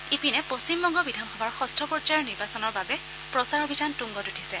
ইপিনে পশ্চিম বংগ বিধানসভাৰ ষষ্ঠ পৰ্যায়ৰ নিৰ্বাচনৰ বাবে প্ৰচাৰ অভিযান তুংগত উঠিছে